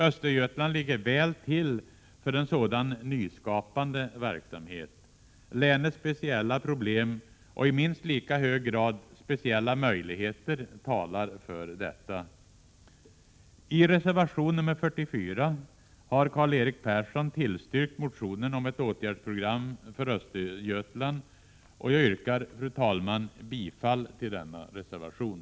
Östergötland ligger väl till för en sådan nyskapande verksamhet. Länets speciella problem och i minst lika hög grad speciella möjligheter talar för detta. I reservation 44 har Karl-Erik Persson tillstyrkt motionen om ett åtgärdsprogram för Östergötland, och jag yrkar, fru talman, bifall till denna reservation.